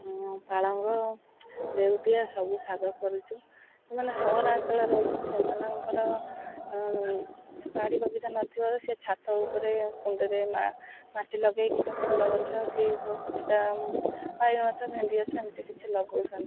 ପାଳଙ୍ଗ ଲେଉଟିଆ ସବୁ ଶାଗ କରିଛୁ ଯେଉଁମାନେ ସହରାଞ୍ଚଳରେ ରହୁଛନ୍ତି ସେମାନଙ୍କର ବାଡ଼ି ବଗିଚା ନଥିବାରୁ ସେ ଛାତ ଉପରେ କୁଣ୍ଡରେ ମାଟି ଲଗେଇକି ଯାହା ଫୁଲ ଗଛ କି କିଛିଟା ବାଇଗଣ ଗଛ ଭେଣ୍ଡି ଗଛ ଏମିତି କିଛି ଲଗଉଛନ୍ତି